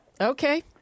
Okay